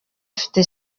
afite